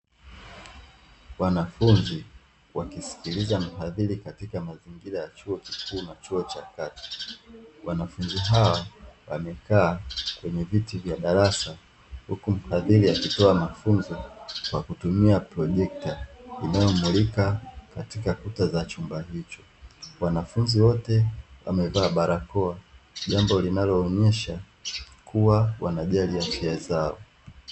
Wanafunzi wakiskiliza mfadhili katika mazingira ya chuo kikuu na chuo cha kati, wanafunzi hawa wamekaa kwenye viti vya darasa huku mfadhili akitoa mafunzo kwa kutumia projekta inayomulika katika kuta za chumba hicho, wanafunzi wote wamevaa barakoa jambo linaloonyesha kuwa wanajali afya zao.